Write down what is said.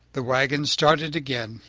the wagon started again.